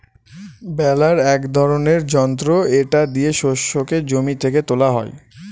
বেলার এক ধরনের যন্ত্র এটা দিয়ে শস্যকে জমি থেকে তোলা হয়